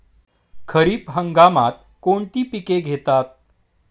खरीप हंगामात कोणती पिके घेतात?